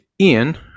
Ian